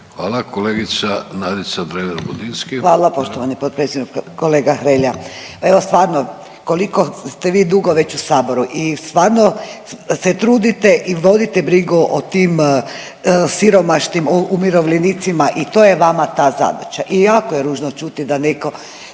Budinski, Nadica (HDZ)** Hvala poštovani potpredsjedniče. Kolega Hrelja, evo stvarno koliko ste vi dugo već u saboru i stvarno se trudite i vodite brigu o tim siromašnim umirovljenicima i to je vama ta zadaća i jako je ružno čuti da neko